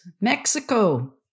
Mexico